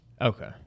Okay